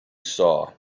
saw